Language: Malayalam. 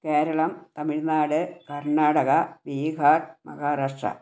കേരളം തമിഴ്നാട് കർണാടക ബീഹാർ മഹാരാഷ്ട്ര